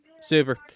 Super